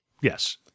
Yes